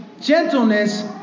gentleness